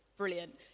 Brilliant